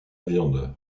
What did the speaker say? viande